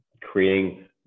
creating